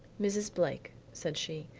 mrs. blake, said she,